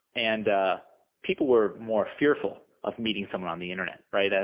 and people were more fearful of meeting someone on the internet. right?